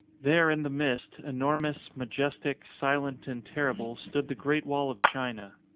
there in the mist, enormous, majestic, silent, and terrible, stood the great wall of china.